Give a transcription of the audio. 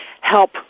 help